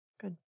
good